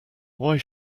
why